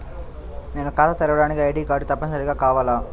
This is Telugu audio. నేను ఖాతా తెరవడానికి ఐ.డీ కార్డు తప్పనిసారిగా కావాలా?